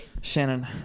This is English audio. Shannon